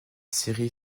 série